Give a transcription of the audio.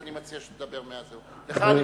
אני מציע שתדבר מהמיקרופון.